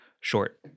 Short